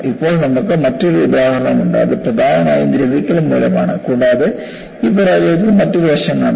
ഇപ്പോൾ നമുക്ക് മറ്റൊരു ഉദാഹരണമുണ്ട് അത് പ്രധാനമായും ദ്രവിക്കൽ മൂലമാണ് കൂടാതെ ഈ പരാജയത്തിൽ മറ്റൊരു വശം കാണാം